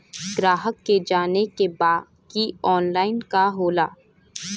ग्राहक के जाने के बा की ऑनलाइन का होला?